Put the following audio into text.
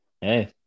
Hey